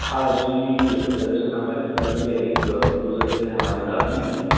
ہاں جی دراصل ہمارے گھر میں ایک بزرگ ہیں ہماری دادی ہیں